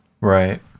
Right